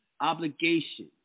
obligation